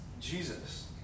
Jesus